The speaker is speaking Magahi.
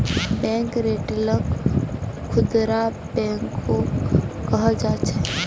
बैंक रिटेलक खुदरा बैंको कह छेक